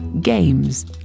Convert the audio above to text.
games